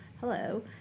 hello